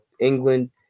England